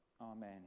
Amen